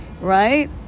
right